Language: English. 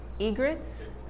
Egrets